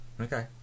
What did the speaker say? okay